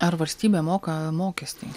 ar valstybė moka mokestį